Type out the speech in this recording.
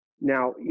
Now